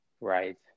Right